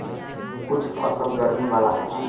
कुछ फसल गरमी वाला होला